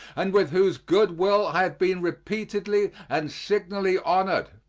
and with whose good will i have been repeatedly and signally honored.